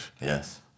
Yes